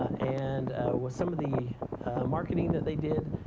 and with some of the marketing that they did,